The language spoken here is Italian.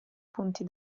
punti